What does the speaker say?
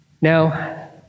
Now